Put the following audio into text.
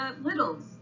littles